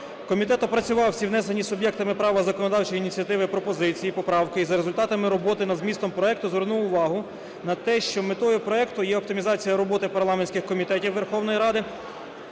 Комітет опрацював всі внесені суб'єктами права законодавчі ініціативи пропозиції, поправки, і, за результатами роботи над змістом проекту, звернув увагу на те, що метою проекту є оптимізація роботи парламентських комітетів Верховної Ради.